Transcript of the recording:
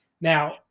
Now